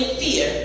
fear